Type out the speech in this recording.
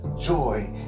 joy